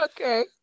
Okay